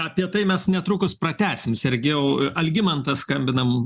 apie tai mes netrukus pratęsim sergejau algimantas skambina mum